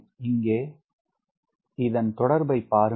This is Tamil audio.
இங்கே இதன் தொடர்பை பாருங்கள்